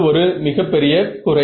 அது ஒரு மிக பெரிய குறை